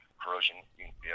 corrosion